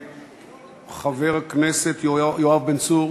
חבר הכנסת יואב בן צור,